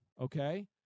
okay